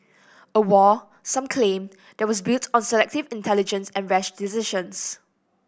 a war some claim that was built on selective intelligence and rash decisions